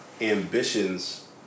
ambitions